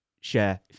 share